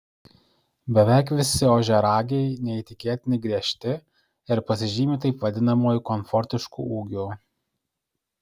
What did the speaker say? beveik visi ožiaragiai neįtikėtinai griežti ir pasižymi taip vadinamuoju komfortišku ūgiu